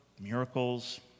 miracles